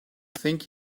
think